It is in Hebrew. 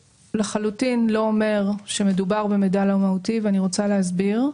לחלוטין לא אומר שמדובר במידע לא מהותי ואני רוצה להסביר.